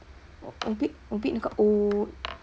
我 bid 我 bid 那个 O